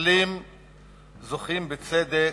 המתנחלים זוכים, בצדק,